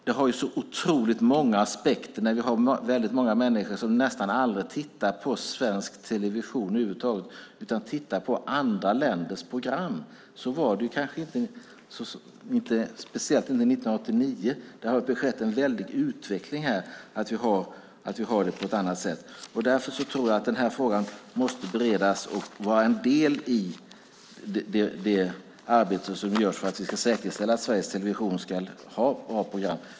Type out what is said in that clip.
Det har ju så otroligt många aspekter när vi har väldigt många människor som nästan aldrig tittar på svensk television över huvud taget utan tittar på andra länders program. Så var det kanske inte förr, speciellt inte 1989. Det har skett en väldig utveckling här så att vi har det på ett annat sätt. Därför tror jag att den här frågan måste beredas och vara en del i det arbete som görs för att vi ska säkerställa att Sveriges Television ska ha bra program.